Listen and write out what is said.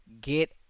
get